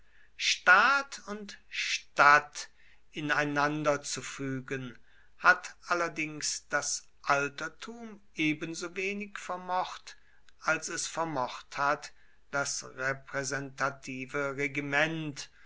staat und stadt ineinanderzufügen hat allerdings das altertum ebensowenig vermocht als es vermocht hat das repräsentative regiment